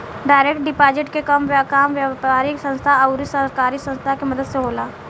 direct deposit के काम व्यापारिक संस्था आउर सरकारी संस्था के मदद से होला